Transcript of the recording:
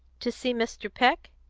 to see mr. peck?